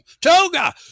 Toga